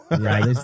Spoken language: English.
Right